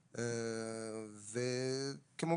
מסוים ושומעים רעש בצורה הרבה יותר קיצונית מאנשים